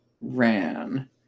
ran